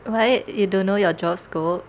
what you don't know your job scope